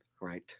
Right